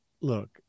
look